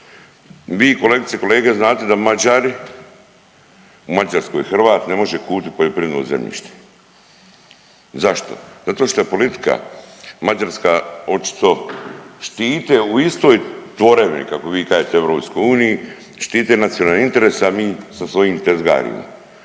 Vi kolegice i kolege znate da Mađari, u Mađarskoj Hrvat ne može kupiti poljoprivredno zemljište. Zašto? Zato što politika mađarska očito štite u istoj tvorevini kako vi kažete EU, štite nacionalne interese, a mi sa svojim tezgarimo.